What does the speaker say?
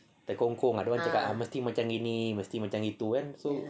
terkongkong ada orang cakap mesti macam gini mesti macam gitu kan so